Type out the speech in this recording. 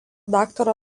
daktaro